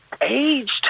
aged